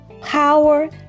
Power